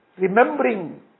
remembering